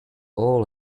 all